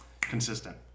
consistent